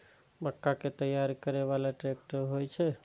मक्का कै तैयार करै बाला ट्रेक्टर होय छै?